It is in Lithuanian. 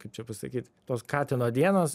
kaip čia pasakyt tos katino dienos